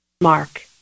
Mark